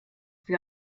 für